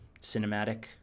cinematic